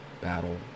battle